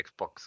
Xbox